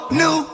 new